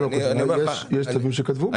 יש צווים שכתבו.